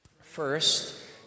First